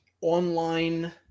online